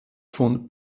von